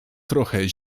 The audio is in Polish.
trochę